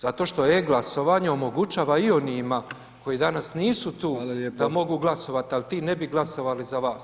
Zato što e-Glasovanje omogućava i onima koji danas nisu tu da mogu glasovati, ali ti ne bi glasovali za vas.